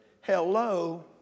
Hello